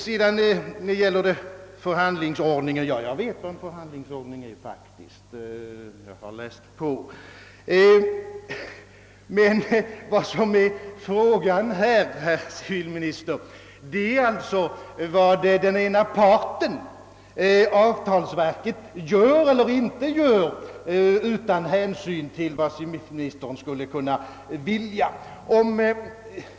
Beträffande begreppet förhandlingsordning så vet jag faktiskt vad en sådan är — jag har läst på — men vad frågan här gäller, är alltså vad den ena parten — avtalsverket — gör eller inte gör med hänsyn till vad civilministern skulle kunna vilja.